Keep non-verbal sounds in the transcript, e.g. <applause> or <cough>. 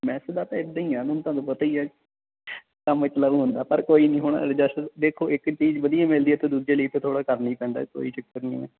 mess ਦਾ ਤਾਂ ਇੱਦਾਂ ਹੀ ਆ ਹੁਣ ਤੁਹਾਨੂੰ ਪਤਾ ਹੀ ਹੈ <unintelligible> ਤਾਂ ਮਤਲਬ ਹੁੰਦਾ ਪਰ ਕੋਈ ਨਹੀਂ ਹੁਣ ਅਡਜੈਸਟ ਦੇਖੋ ਇੱਕ ਚੀਜ਼ ਵਧੀਆ ਮਿਲਦੀ ਅਤੇ ਦੂਜੇ ਲਈ ਤਾਂ ਥੋੜ੍ਹਾ ਕਰਨਾ ਹੀ ਪੈਂਦਾ ਕੋਈ ਚੱਕਰ ਨਹੀਂ ਹੈ